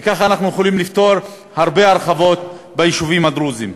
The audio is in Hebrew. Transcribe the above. וככה אנחנו יכולים לפתור הרבה הרחבות ביישובים הדרוזיים.